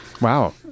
Wow